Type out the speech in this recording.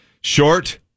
Short